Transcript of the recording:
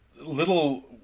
little